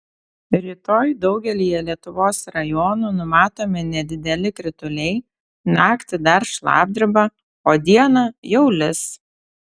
rytoj daugelyje lietuvos rajonų numatomi nedideli krituliai naktį dar šlapdriba o dieną jau lis